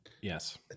Yes